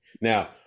Now